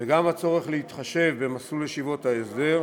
וגם הצורך להתחשב במסלול ישיבות ההסדר,